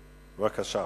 בבקשה.